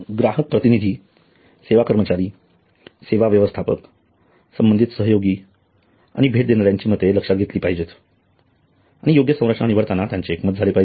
ग्राहक प्रतिनिधी सेवा कर्मचारी सेवा व्यवस्थापक संबंधित सहयोगी आणि भेट देणाऱ्यांची मते लक्षात घेतली पाहिजेत आणि योग्य संरचना निवडताना यांचे एकमत झाले पाहिजे